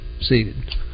seated